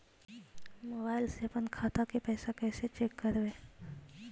Mobile से अपन खाता के पैसा कैसे चेक करबई?